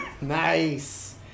Nice